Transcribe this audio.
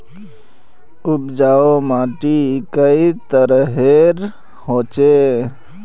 उपजाऊ माटी कई तरहेर होचए?